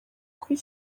kuri